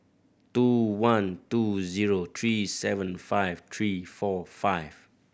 two one two zero three seven five three four five